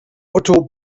otto